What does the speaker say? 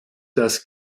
das